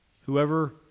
Whoever